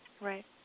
right